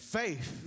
faith